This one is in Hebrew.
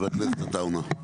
חה"כ עטאונה.